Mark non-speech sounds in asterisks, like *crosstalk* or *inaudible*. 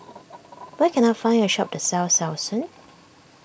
*noise* where can I find a shop that sells Selsun